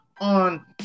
on